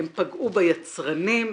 הם פגעו ביצרנים.